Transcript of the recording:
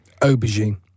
aubergine